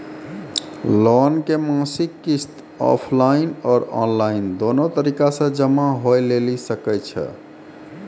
Loan के मासिक किस्त ऑफलाइन और ऑनलाइन दोनो तरीका से जमा होय लेली सकै छै?